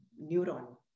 neuron